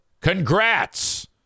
Congrats